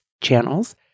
channels